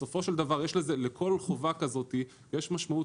בסופו של דבר לכל חובה כזאת יש משמעות